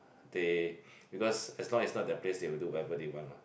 they because along as not their place they will do whatever they want what